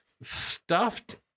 stuffed